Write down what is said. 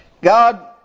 God